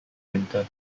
winter